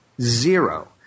Zero